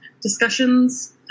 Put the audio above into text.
discussions